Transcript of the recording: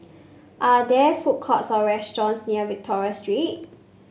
are there food courts or restaurants near Victoria Street